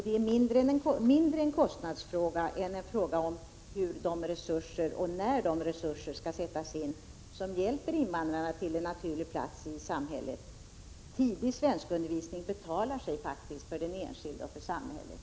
Det är mindre en kostnadsfråga än en fråga om hur och när de resurser skall sättas in som hjälper invandrarna till en naturlig plats i samhället. Tidig svenskundervisning betalar sig faktiskt för den enskilde och för samhället.